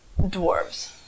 dwarves